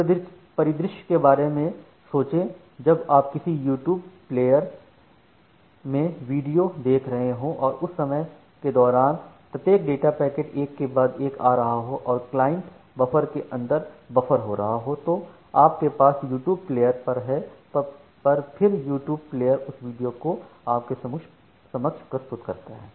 उस परिदृश्य के बारे में सोचें जब आप किसी यूट्यूब प्लेयरमें वीडियो देख रहे हों और उस समय के दौरान प्रत्येक डेटा पैकेट एक के बाद एक आ रहा हो और क्लाइंट बफ़र के अंदर बफर हो रहा हो जो आपके पास यूट्यूब प्लेयरपर है और फिर यूट्यूब प्लेयरउस वीडियो को आपके समक्ष प्रस्तुत करता है